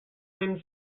win